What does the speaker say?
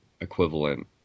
equivalent